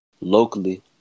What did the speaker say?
locally